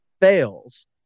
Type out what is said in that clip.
fails